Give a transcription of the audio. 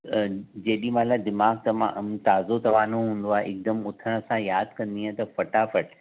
जेॾीं महिल दिमाग़ु तमामु ताज़ो तरानो हूंदो आहे हिकदमि उथण सां यादि कंदीअ त फ़टाफ़ट